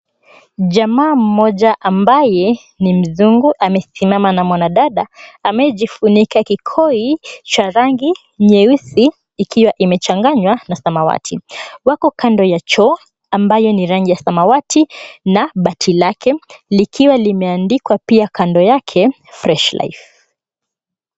Jamaa mmoja ambaye ni mzungu amesimama na mwanadada amejifunika kikoi cha rangi nyeusi ikiwa imechanganywa na samawati. Wako kando ya choo ambayo ni rangi ya samawati na bati lake likiwa limeandikwa pia kando yake Fresh Life .